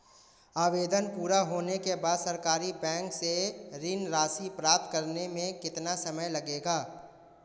आवेदन पूरा होने के बाद सरकारी बैंक से ऋण राशि प्राप्त करने में कितना समय लगेगा?